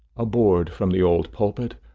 a board from the old pulpit,